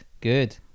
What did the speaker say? good